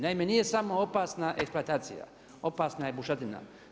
Naime nije samo opasna eksploatacija, opasna je bušotina.